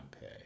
pay